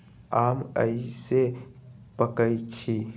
आम कईसे पकईछी?